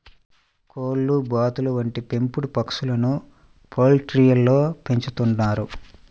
కోళ్లు, బాతులు వంటి పెంపుడు పక్షులను పౌల్ట్రీలలో పెంచుతున్నారు